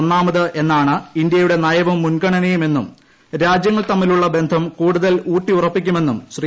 ഒന്നാമത് എന്നാണ് ഇന്ത്യുയുടെട്ടു നയവും മുൻഗണനയുമെന്നും രാജ്യങ്ങൾ തമ്മിലുള്ള ബസ്സ് കൂടുതൽ ഊട്ടിയുറപ്പിക്കുമെന്നും ശ്രീ